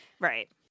Right